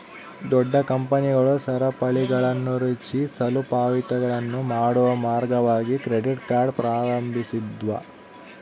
ದೊಡ್ಡ ಕಂಪನಿಗಳು ಸರಪಳಿಗಳನ್ನುರಚಿಸಲು ಪಾವತಿಗಳನ್ನು ಮಾಡುವ ಮಾರ್ಗವಾಗಿ ಕ್ರೆಡಿಟ್ ಕಾರ್ಡ್ ಪ್ರಾರಂಭಿಸಿದ್ವು